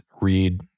read